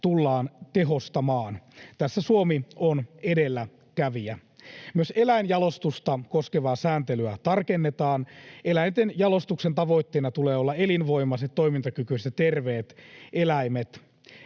tullaan tehostamaan. Tässä Suomi on edelläkävijä. Myös eläinjalostusta koskevaa sääntelyä tarkennetaan. Eläinten jalostuksen tavoitteena tulee olla elinvoimaiset, toimintakykyiset ja terveet eläimet.